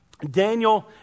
Daniel